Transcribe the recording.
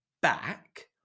back